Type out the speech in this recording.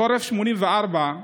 בחורף 1984,